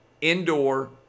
indoor